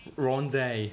rendang